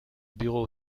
bureau